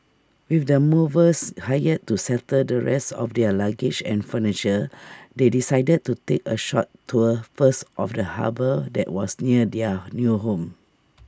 with the movers hired to settle the rest of their luggage and furniture they decided to take A short tour first of the harbour that was near their new home